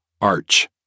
arch